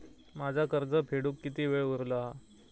माझा कर्ज फेडुक किती वेळ उरलो हा?